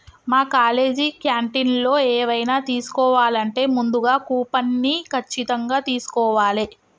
మా కాలేజీ క్యాంటీన్లో ఎవైనా తీసుకోవాలంటే ముందుగా కూపన్ని ఖచ్చితంగా తీస్కోవాలే